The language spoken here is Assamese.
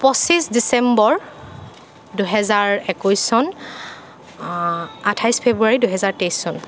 পঁচিছ ডিচেম্বৰ দুহেজাৰ একৈছ চন আঠাইছ ফেব্ৰুৱাৰী দুহেজাৰ তেইছ চন